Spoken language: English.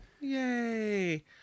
Yay